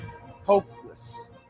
hopeless